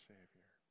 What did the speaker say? Savior